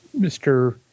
Mr